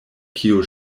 kio